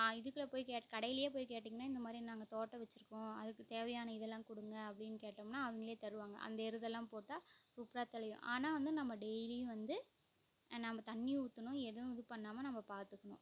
ஆ இதுக்குள்ளே போய் கேட்டு கடையிலையே போய் கேட்டிங்கன்னா இந்த மாதிரி நாங்கள் தோட்டம் வச்சிருக்கோம் அதுக்கு தேவையான இதெல்லாம் கொடுங்க அப்படின்னு கேட்டோம்ன்னா அவங்களே தருவாங்க அந்த எருதெல்லாம் போட்டா சூப்பராக தழையும் ஆனால் வந்து நம்ம டெய்லியும் வந்து நாம்ப தண்ணியும் ஊற்றணும் எதுவும் இது பண்ணாம நம்ப பார்த்துக்கணும்